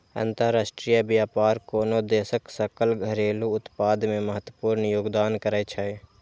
अंतरराष्ट्रीय व्यापार कोनो देशक सकल घरेलू उत्पाद मे महत्वपूर्ण योगदान करै छै